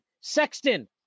Sexton